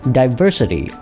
diversity